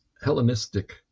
Hellenistic